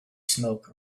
smoke